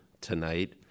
tonight